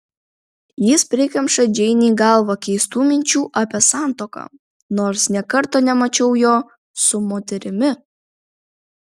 jis prikemša džeinei galvą keistų minčių apie santuoką nors nė karto nemačiau jo su moterimi